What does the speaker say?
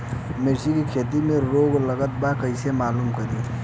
मिर्ची के खेती में रोग लगल बा कईसे मालूम करि?